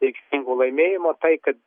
reikšmingu laimėjimu tai kad